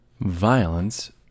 Violence